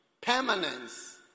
permanence